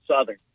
Southern